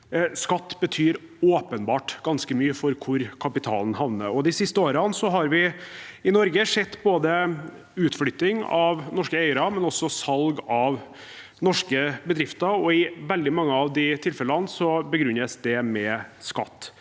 skatt betyr åpenbart ganske mye for hvor kapitalen havner. De siste årene har vi i Norge sett utflytting av norske eiere, men også salg av norske bedrifter. I veldig mange av de tilfellene begrunnes det med skatt,